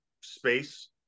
space